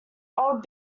old